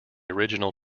original